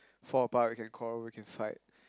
fall apart we can quarrel we can fight